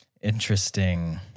Interesting